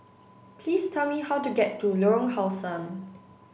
please tell me how to get to Lorong How Sun